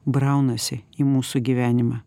braunasi į mūsų gyvenimą